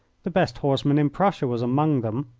the best horseman in prussia was among them.